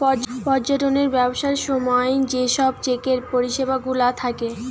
পর্যটনের ব্যবসার সময় যে সব চেকের পরিষেবা গুলা থাকে